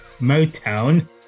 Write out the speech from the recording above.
Motown